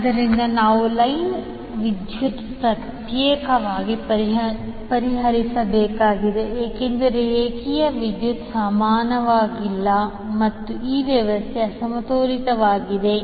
ಆದ್ದರಿಂದ ನಾವು ಲೈನ್ ವಿದ್ಯುತ್ ಪ್ರತ್ಯೇಕವಾಗಿ ಪರಿಹರಿಸಬೇಕಾಗಿದೆ ಏಕೆಂದರೆ ರೇಖೆಯ ವಿದ್ಯುತ್ ಸಮಾನವಾಗಿಲ್ಲ ಮತ್ತು ಈ ವ್ಯವಸ್ಥೆಯು ಅಸಮತೋಲಿತವಾಗಿದೆ